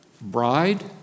bride